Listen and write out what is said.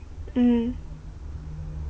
mm